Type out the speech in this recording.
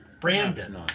Brandon